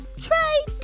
Try